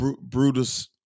Brutus